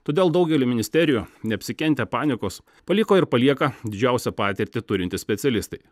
todėl daugelį ministerijų neapsikentę panikos paliko ir palieka didžiausią patirtį turintys specialistai